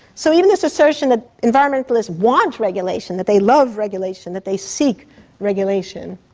so even this assertion that environmentalists want regulation, that they love regulation, that they seek regulation,